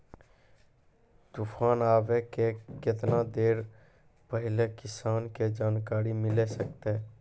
तूफान आबय के केतना देर पहिले किसान के जानकारी मिले सकते?